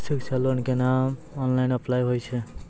शिक्षा लोन केना online apply होय छै?